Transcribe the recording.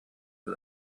for